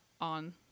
on